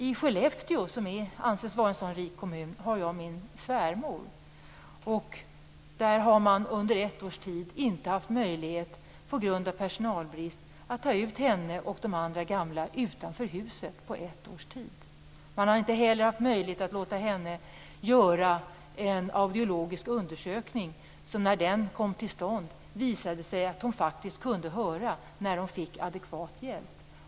I Skellefteå, som anses vara en sådan rik kommun, har jag min svärmor. Där har man under ett års tid på grund av personalbrist inte haft möjlighet att ta ut henne och de andra gamla utanför huset. Man har inte heller haft möjlighet att låta henne göra en audiologisk undersökning. När den kom till stånd visade det sig att hon faktiskt kunde höra när hon fick adekvat hjälp.